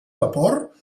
vapor